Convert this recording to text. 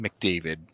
McDavid